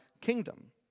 kingdom